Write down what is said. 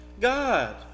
God